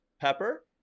pepper